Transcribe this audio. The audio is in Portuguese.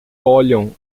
olham